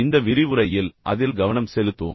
இந்த விரிவுரையில் அதில் கவனம் செலுத்துவோம்